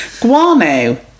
Guano